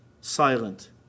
silent